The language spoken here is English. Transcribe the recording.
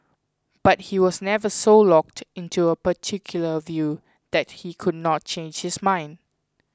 but he was never so locked in to a particular view that he could not change his mind